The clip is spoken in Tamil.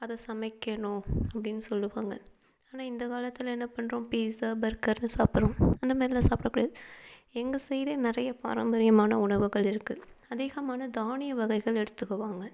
அதை சமைக்கணும் அப்படின்னு சொல்லுவாங்க ஆனால் இந்த காலத்தில் என்ன பண்ணுறோம் பீட்ஸா பர்கர்னு சாப்பிட்றோம் அந்த மாதிரிலாம் சாப்பிடக்கூடாது எங்கள் சைடே நிறைய பாரம்பரியமான உணவுகள் இருக்குது அதிகமான தானிய வகைகள் எடுத்துக்குவாங்க